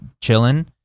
chilling